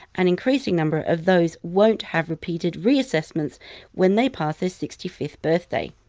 an increasing number of those won't have repeated reassessments when they pass their sixty fifth birthday.